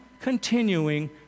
continuing